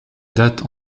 date